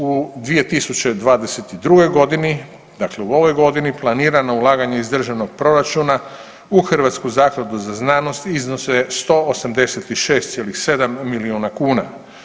U 2022.g., dakle u ovoj godini, planirano ulaganje iz državnog proračuna u Hrvatsku zakladu za znanost iznose 186,7 milijuna kuna.